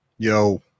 Yo